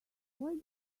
why